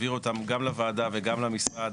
בחיפה, בחדרה, באשקלון, באשדוד.